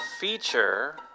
feature